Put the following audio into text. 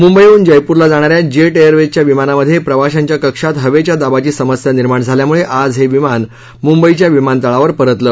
मुंबईहन जयपूरला जाणा या जे एयरवेजच्या विमानामध्ये प्रवाशांच्या कक्षात हवेच्या दाबाची समस्या निर्माण झाल्यामुळे आज हे विमान पुन्हा मुंबईच्या विमानतळावर परतलं